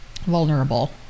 vulnerable